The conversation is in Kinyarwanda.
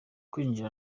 kwinjira